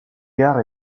gare